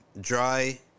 Dry